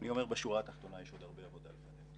יש עוד הרבה עבודה.